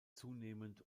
zunehmend